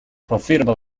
profitable